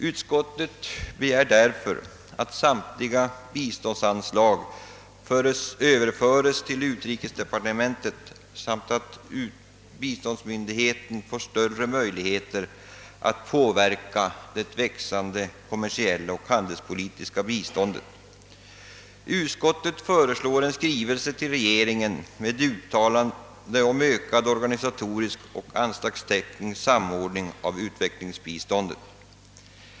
Utskottet begär därför att samtliga biståndsanslag överförs till utrikesdepartementet och att biståndsmyndigheten får större möjligheter att påverka det växande kommersiella och handelspolitiska biståndet. Utskottet föreslår en skrivelse till regeringen med uttalande för ökad organisa torisk och teknisk samordning av utvecklingsbiståndet.